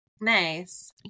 nice